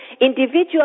individual